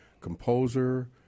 composer